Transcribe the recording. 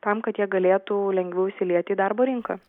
tam kad jie galėtų lengviau įsilieti į darbo rinką